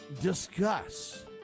discuss